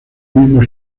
mismo